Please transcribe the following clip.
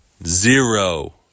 zero